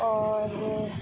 اور یہ